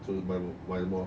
买什么买什么